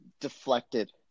Deflected